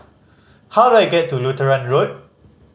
how do I get to Lutheran Road